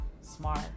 smart